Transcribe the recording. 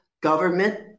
government